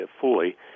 fully